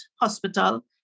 hospital